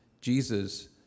Jesus